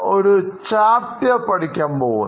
ഒരു ചാപ്റ്റർ പഠിക്കാൻ പോകുന്നു